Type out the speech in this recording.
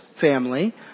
family